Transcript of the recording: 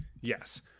Yes